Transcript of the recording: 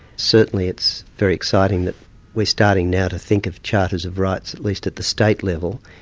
certainly it's very exciting that we're starting now to think of charters of rights, at least at the state level,